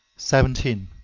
seventeen.